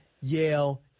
Yale